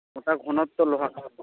ᱜᱚᱴᱟ ᱞᱳᱦᱟ